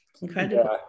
incredible